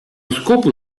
scopo